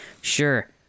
Sure